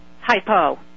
Hypo